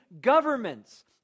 governments